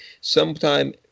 sometime